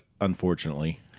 unfortunately